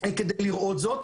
כדי לראות את זה.